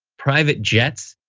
private jets,